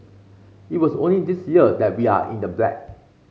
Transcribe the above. it was only this year that we are in the black